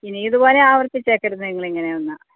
ഇനി ഇതുപോലെ ആവർത്തിച്ചേക്കരുത് നിങ്ങൾ ഇങ്ങനെയൊന്ന്